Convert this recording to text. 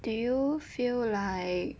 do you feel like